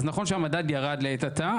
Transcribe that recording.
אז נכון שהמדד ירד לעת עתה,